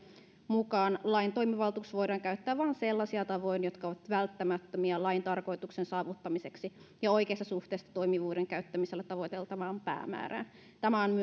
mukaan lain toimivaltuus voidaan käyttää vain sellaisin tavoin jotka ovat välttämättömiä lain tarkoituksen saavuttamiseksi ja oikeassa suhteessa toimivuuden käyttämisellä tavoiteltavaan päämäärään tämä on myös